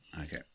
Okay